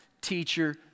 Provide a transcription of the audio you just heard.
teacher